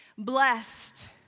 Blessed